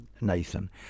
Nathan